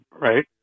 right